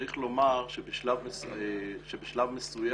צריך לומר שבשלב מסוים